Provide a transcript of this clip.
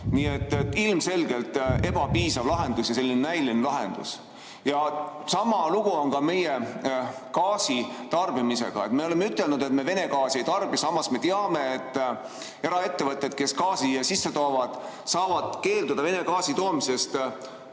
Nii et ilmselgelt oli see ebapiisav lahendus ja selline näiline lahendus. Sama lugu on meie gaasitarbimisega. Me oleme ütelnud, et me Vene gaasi ei tarbi, samas me teame, et eraettevõtted, kes gaasi sisse toovad, saavad keelduda Vene gaasi toomisest